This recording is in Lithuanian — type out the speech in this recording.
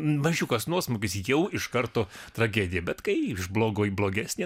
mažiukas nuosmukis jau iš karto tragedija bet kai iš blogo į blogesnį